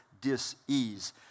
dis-ease